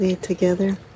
together